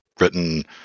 written